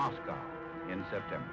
moscow in september